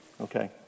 Okay